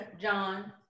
John